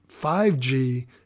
5G